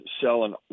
selling